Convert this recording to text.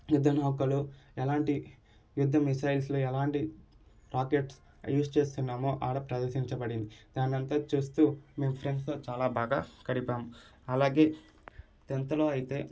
యుద్ధ నౌకలు ఎలాంటి యుద్ధ మిస్సైల్స్లో ఎలాంటి రాకెట్స్ యూస్ చేస్తున్నామో ఆడ ప్రదర్శించబడింది దానంతా చూస్తూ మేము ఫ్రెండ్స్తో చాలా బాగా గడిపాము అలాగే టెంత్లో అయితే